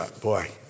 boy